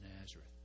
Nazareth